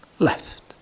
left